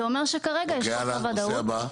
אוקיי, הלאה, נושא הבא.